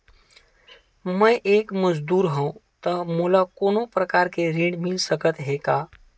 मैं एक मजदूर हंव त मोला कोनो प्रकार के ऋण मिल सकत हे का?